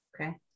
Okay